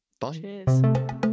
bye